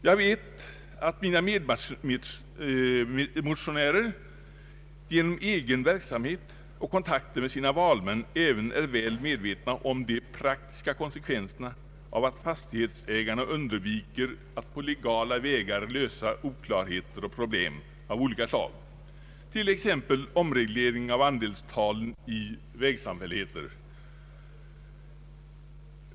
Jag vet att mina medmotionärer genom egen verksamhet och kontakter med sina valmän är medvetna om de praktiska konsekvenserna av att fastighetsägarna undviker att legalt lösa oklarheter och problem av olika slag, t.ex. omreglering av andelstalen i vägsamfälligheter.